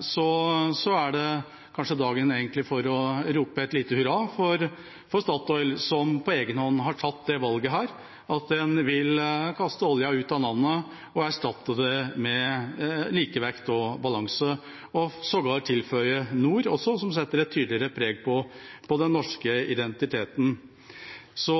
så er dette kanskje egentlig dagen for å rope et lite hurra for Statoil, som på egen hånd har tatt dette valget: at en vil kaste oljen ut av navnet og erstatte det med likevekt og balanse – og sågar også tilføye «nor», som setter et tydeligere preg på den norske identiteten. Så